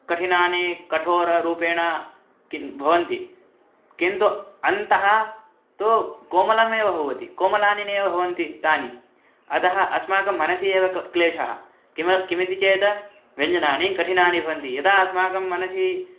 कठिनानि कठोररूपेण किं भवन्ति किन्तु अन्तः तु कोमलमेव भवति कोमलानि नैव भवन्ति तानि अतः अस्माकं मनसि एव क् क्लेशः किमर् किमिति चेत् व्यञ्जनानि कठिनानि भवन्ति यदा अस्माकं मनसि